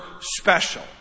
special